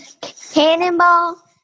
cannonball